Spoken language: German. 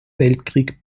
weltkrieg